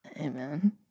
Amen